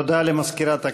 תודה למזכירת הכנסת.